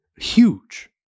huge